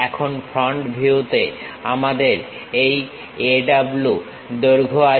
এখন ফ্রন্ট ভিউতে আমাদের এই A W দৈর্ঘ্য আছে